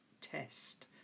test